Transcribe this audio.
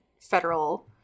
federal